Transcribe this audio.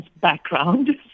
background